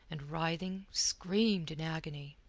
and writhing, screamed in agony.